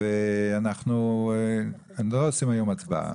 לא עושים היום הצבעה,